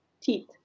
teeth